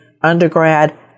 undergrad